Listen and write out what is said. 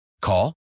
Call